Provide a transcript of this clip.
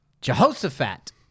Jehoshaphat